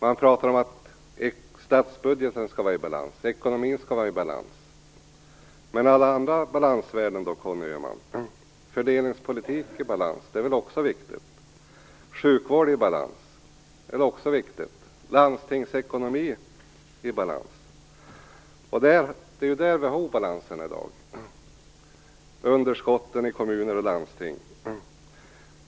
Man talar om att statsbudgeten och ekonomin skall vara i balans, men hur är det med alla andra balansvärden, Conny Öhman? Det är väl också viktigt med fördelningspolitik, sjukvård och landstingsekonomi i balans. Det är ju där som obalanserna finns i dag. Kommuner och landsting har stora underskott.